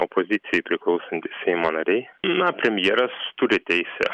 opozicijai priklausantys seimo nariai na premjeras turi teisę